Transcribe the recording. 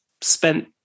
spent